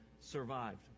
survived